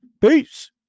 Peace